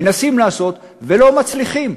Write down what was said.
מנסים לעשות ולא מצליחים.